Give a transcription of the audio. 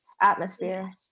atmosphere